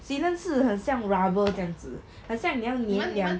sealant 是很像 rubber 这样子很像你要粘两个